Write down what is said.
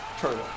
turtle